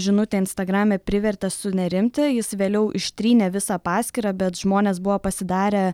žinutė instagrame privertė sunerimti jis vėliau ištrynė visą paskyrą bet žmonės buvo pasidarę